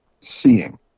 seeing